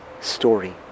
story